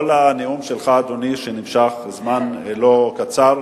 כל הנאום שלך, אדוני, שנמשך זמן לא קצר,